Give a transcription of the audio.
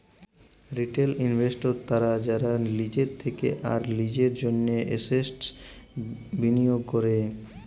retail investors তারা যারা লিজের থেক্যে আর লিজের জন্হে এসেটস বিলিয়গ ক্যরে